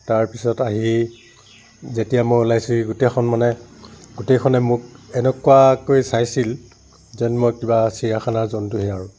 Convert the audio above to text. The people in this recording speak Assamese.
তাৰপিছত আহি যেতিয়া মই ওলাইছোহি গোটেইখন মানে গোটেইখনে মোক এনেকুৱাকৈ চাইছিল যেন মই কিবা চিৰিয়াখানাৰ জন্তুহে আৰু